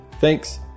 Thanks